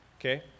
Okay